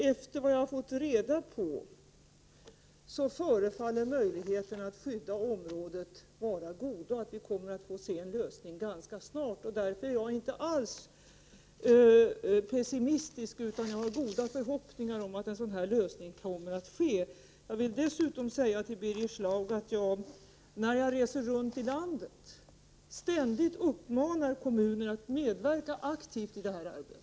Efter vad jag har fått reda på förefaller möjligheterna att skydda området vara goda, och vi kommer att få se en lösning ganska snart. Därför är jag inte alls pessimistisk, utan jag har goda förhoppningar om att en lösning kommer att utarbetas. Jag vill dessutom säga till Birger Schlaug, att jag när jag reser runt i landet ständigt uppmanar kommunerna att medverka aktivt i arbetet.